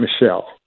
Michelle